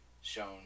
shown